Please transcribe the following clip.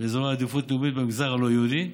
באזורי עדיפות לאומית במגזר הלא-יהודי,